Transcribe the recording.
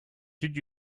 did